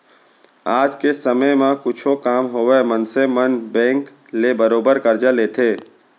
आज के समे म कुछु काम होवय मनसे मन बेंक ले बरोबर करजा लेथें